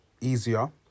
easier